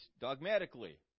dogmatically